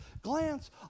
glance